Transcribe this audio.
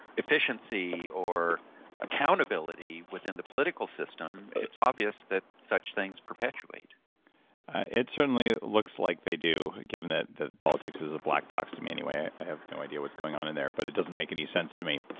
efficiency or accountability within the political system. it's obvious that such things perpetuate it certainly looks like they do, given that politics is a black box to me anyway. i have no idea what's going on in there, but it doesn't make any sense to me